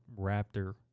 Raptor